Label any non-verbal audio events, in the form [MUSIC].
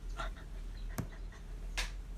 [BREATH] [NOISE]